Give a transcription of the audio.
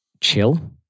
chill